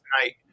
tonight